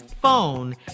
phone